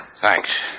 Thanks